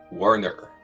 warner.